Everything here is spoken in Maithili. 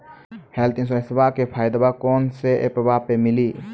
हेल्थ इंश्योरेंसबा के फायदावा कौन से ऐपवा पे मिली?